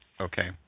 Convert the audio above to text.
Okay